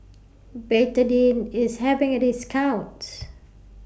Betadine IS having A discount